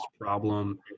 problem